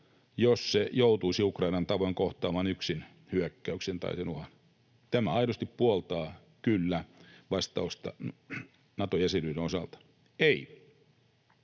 jos se joutuisi Ukrainan tavoin kohtaamaan yksin hyökkäyksen tai sen uhan. Tämä aidosti puoltaa kyllä-vastausta Nato-jäsenyyden osalta. ”Ei”